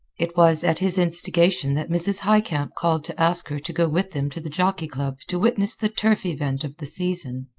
it was at his instigation that mrs. highcamp called to ask her to go with them to the jockey club to witness the turf event of the season.